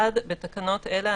1. בתקנות אלה,